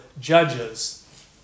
judges